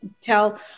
tell